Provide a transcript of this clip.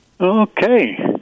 Okay